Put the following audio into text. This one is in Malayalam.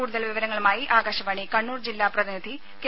കൂടുതൽ വിവരങ്ങളുമായി ആകാശവാണി കണ്ണൂർ ജില്ലാ പ്രതിനിധി കെ